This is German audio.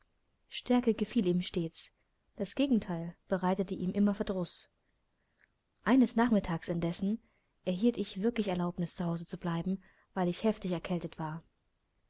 stärke gefiel ihm stets das gegenteil bereitete ihm immer verdruß eines nachmittags indessen erhielt ich wirklich erlaubnis zu hause zu bleiben weil ich heftig erkältet war